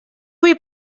vull